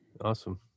awesome